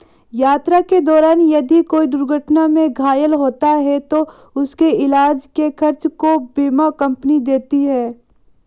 यात्रा के दौरान यदि कोई दुर्घटना में घायल होता है तो उसके इलाज के खर्च को बीमा कम्पनी देती है